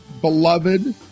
beloved